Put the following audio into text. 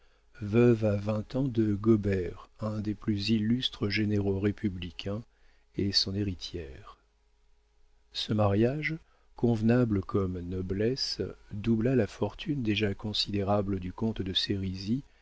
à vingt ans de gaubert un des plus illustres généraux républicains et son héritière ce mariage convenable comme noblesse doubla la fortune déjà considérable du comte de